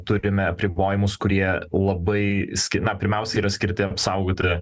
turime apribojimus kurie labai ski na pirmiausia yra skirti apsaugoti